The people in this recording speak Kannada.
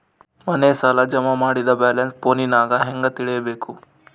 ಮನೆ ಸಾಲ ಜಮಾ ಮಾಡಿದ ಬ್ಯಾಲೆನ್ಸ್ ಫೋನಿನಾಗ ಹೆಂಗ ತಿಳೇಬೇಕು?